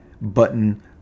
button